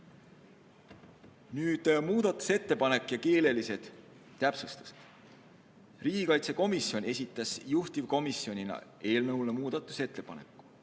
muudatusettepanek ja keeleline täpsustus. Riigikaitsekomisjon esitas juhtivkomisjonina eelnõu kohta ühe muudatusettepaneku.